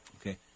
Okay